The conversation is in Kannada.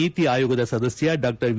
ನೀತಿ ಆಯೋಗದ ಸದಸ್ಯ ಡಾ ವಿ